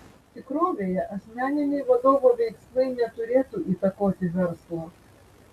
tikrovėje asmeniniai vadovo veiksmai neturėtų įtakoti verslo